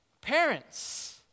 Parents